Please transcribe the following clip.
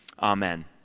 Amen